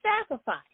sacrifice